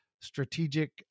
strategic